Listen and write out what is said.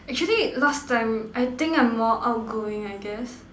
actually last time I think I'm more outgoing I guess